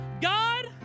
God